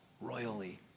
royally